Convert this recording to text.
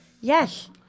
Yes